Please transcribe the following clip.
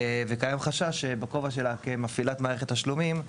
וקיים חשש שבכובע שלה כמפעילת מערכת תשלומים,